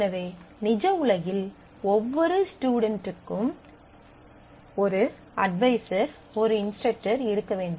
எனவே நிஜ உலகில் ஒவ்வொரு ஸ்டுடென்ட்டுக்கும் ஒரு அட்வைசர் ஒரு இன்ஸ்ட்ரக்டர் இருக்க வேண்டும்